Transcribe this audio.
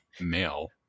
male